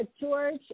George